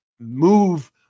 move